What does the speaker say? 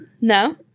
No